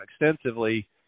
extensively